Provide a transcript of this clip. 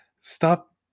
stop